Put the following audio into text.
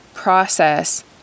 process